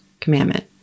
commandment